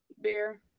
beer